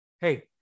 Hey